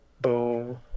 boom